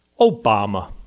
Obama